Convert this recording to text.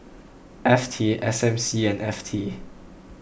F T S M C and F T